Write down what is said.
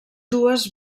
dues